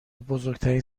بزرگترین